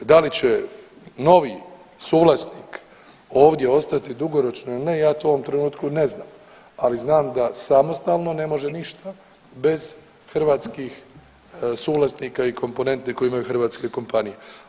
A da li će novi suvlasnik ovdje ostati dugoročno ili ne ja to u ovom trenutku ne znam, ali znam da samostalno ne može ništa bez hrvatskih suvlasnika i komponente koju imaju hrvatske kompanije.